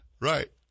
Right